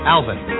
Alvin